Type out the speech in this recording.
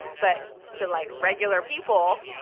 but to, like, regular people,